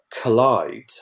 collide